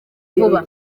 vuba